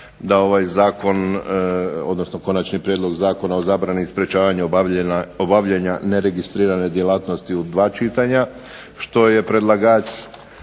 dao ovaj zakon, odnosno konačni prijedlog Zakona o zabrani i sprječavanju obavljanja neregistrirane djelatnosti u dva čitanja, što je predlagač